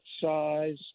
size